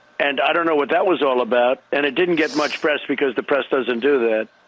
and i don't know what that was all about. and it didn't get much press because the press doesn't do that.